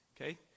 okay